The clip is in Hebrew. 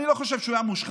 אני לא חושב שהוא היה מושחת,